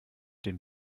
dem